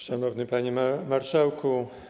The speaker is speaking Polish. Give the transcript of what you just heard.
Szanowny Panie Marszałku!